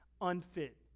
unfit